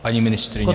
Paní ministryně?